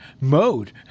mode